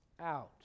out